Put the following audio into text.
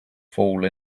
fall